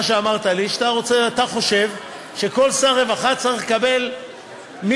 הוא שאתה חושב שכל שר רווחה צריך לקבל מחוץ